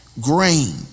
grain